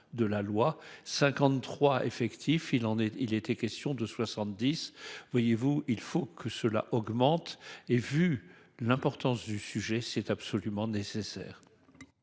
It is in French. de la loi 53. Effectif. Il en est, il était question de 70 voyez-vous, il faut que cela augmente et, vu l'importance du sujet, c'est absolument nécessaire.